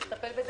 צריך לטפל בזה.